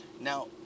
Now